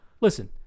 listen